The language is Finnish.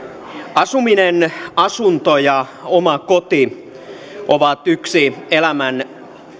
asuminen asunto ja oma koti ovat yksi elämän